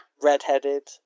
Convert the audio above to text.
redheaded